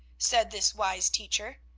said this wise teacher.